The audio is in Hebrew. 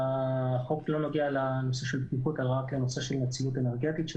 החוק לא נוגע לנושא של בטיחות אלא רק לנושא של נצילות אנרגטית.